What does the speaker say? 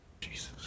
Jesus